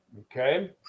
Okay